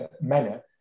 manner